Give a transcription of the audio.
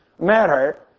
matter